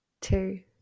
two